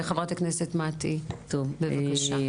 מטי, בבקשה.